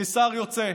כשר יוצא,